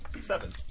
Seven